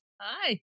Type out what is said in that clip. Hi